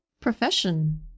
profession